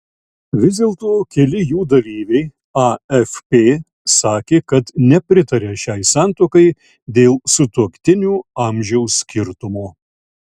vis dėlto keli jų dalyviai afp sakė kad nepritaria šiai santuokai dėl sutuoktinių amžiaus skirtumo